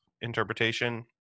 interpretation